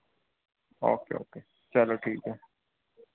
okay okay चलो ठीक है